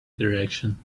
direction